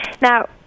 Now